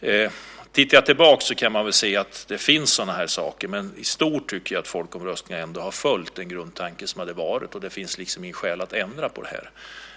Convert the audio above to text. När jag tittar tillbaks kan jag se att sådana saker har förekommit. Men i stort tycker jag att folkomröstningar ändå har följt den grundtanke som finns, och det finns inget skäl att ändra på det här.